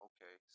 Okay